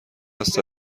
است